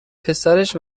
پسرش